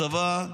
הצבא,